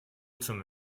zum